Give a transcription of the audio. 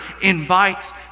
invites